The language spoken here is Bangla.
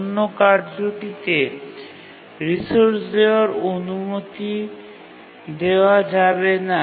অন্য কার্যটিকে রিসোর্স দেওয়ার অনুমতি দেওয়া যাবে না